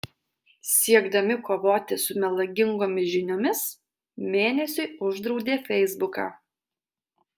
siekdami kovoti su melagingomis žiniomis mėnesiui uždraudė feisbuką